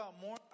more